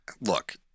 look